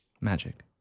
Magic